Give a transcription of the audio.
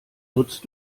nutzt